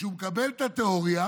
כשהוא מקבל את התיאוריה